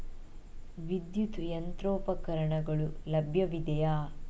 ವಿದ್ಯುತ್ ಯಂತ್ರೋಪಕರಣಗಳು ಲಭ್ಯವಿದೆಯೇ